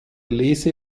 lese